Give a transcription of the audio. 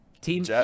team